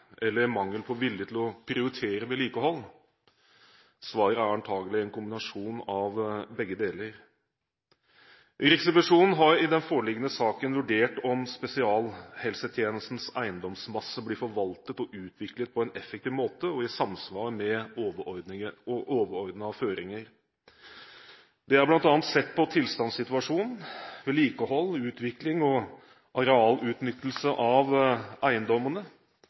eller mangel på vilje til å prioritere vedlikehold. Svaret er antakelig en kombinasjon av begge deler. Riksrevisjonen har i den foreliggende saken vurdert om spesialisthelsetjenestens eiendomsmasse blir forvaltet og utviklet på en effektiv måte og i samsvar med overordnede føringer. Det er bl.a. sett på tilstandssituasjonen, vedlikehold, utvikling og arealutnyttelse av eiendommene